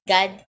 God